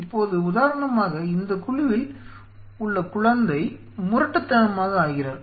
இப்போது உதாரணமாக இந்த குழுவில் உள்ள குழந்தை முரட்டுத்தனமாக ஆகிறார்